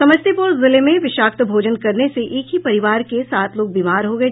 समस्तीपूर जिले में विषाक्त भोजन करने से एक ही परिवार के सात लोग बीमार हो गये